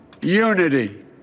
unity